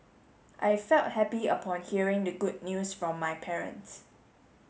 I felt happy upon hearing the good news from my parents